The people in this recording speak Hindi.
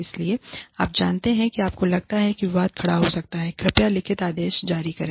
इसलिए आप जानते हैं कि आपको लगता है कि विवाद खड़ा हो सकता है कृपया लिखित आदेश जारी करें